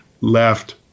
left